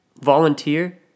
volunteer